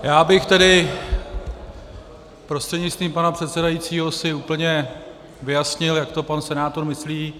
Já bych si tedy, prostřednictvím pana předsedajícího, úplně vyjasnil, jak to pan senátor myslí.